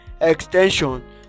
extension